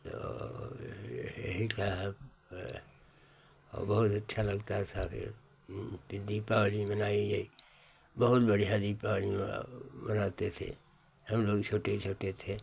तो यही सब और बहुत अच्छा लगता था फिर फिर दीपावली मनाई गई बहुत बढ़ियाँ दीपावली मनाते थे हमलोग छोटे छोटे थे